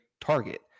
target